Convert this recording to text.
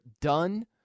done